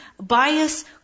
bias